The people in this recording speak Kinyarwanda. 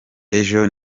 ejo